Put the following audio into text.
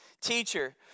Teacher